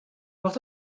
noch